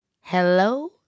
Hello